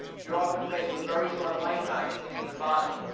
you're often faced with very short lifetimes in the human body.